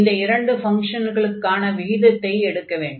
இந்த இரண்டு ஃபங்ஷன்களுக்கான விகிதத்தை எடுக்க வேண்டும்